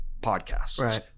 podcasts